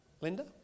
Linda